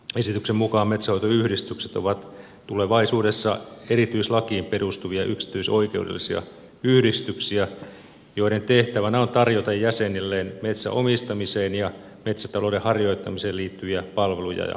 esityksen mukaan metsänhoitoyhdistykset ovat tulevaisuudessa erityislakiin perustuvia yksityisoikeudellisia yhdistyksiä joiden tehtävänä on tarjota jäsenilleen metsän omistamiseen ja metsätalouden harjoittamiseen liittyviä palveluja ja edunvalvontaa